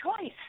choice